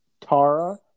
Tara